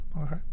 Okay